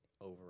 over